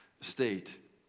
State